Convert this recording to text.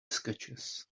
sketches